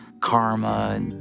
karma